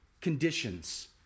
conditions